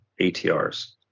ATRs